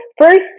first